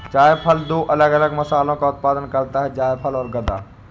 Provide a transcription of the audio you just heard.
जायफल दो अलग अलग मसालों का उत्पादन करता है जायफल और गदा